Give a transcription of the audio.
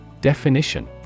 Definition